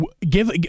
give